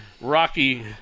rocky